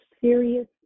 serious